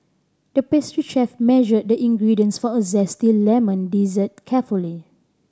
the pastry chef measured the ingredients for a zesty lemon dessert carefully